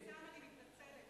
ניצן, אני מתנצלת.